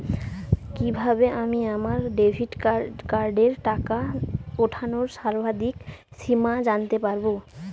কিভাবে আমি আমার ডেবিট কার্ডের টাকা ওঠানোর সর্বাধিক সীমা জানতে পারব?